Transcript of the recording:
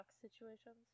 situations